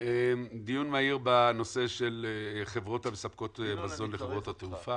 דיון מהיר בנושא של חברות המספקות מזון לחברות התעופה,